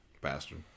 Bastard